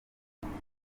ndeka